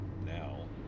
now